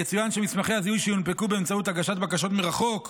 יצוין שמסמכי הזיהוי שיונפקו באמצעות הגשת בקשות מרחוק יהיו,